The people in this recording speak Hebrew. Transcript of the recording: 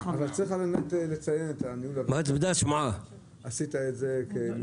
העיקרי יבוא: "מתן שירות חדש על ידי החברה 5א1. ב,